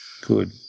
Good